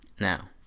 now